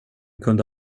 kunde